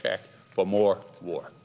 check for more war